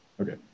Okay